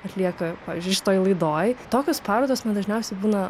atlieka pavyzdžiui šitoj laidoj tokios parodos man dažniausiai būna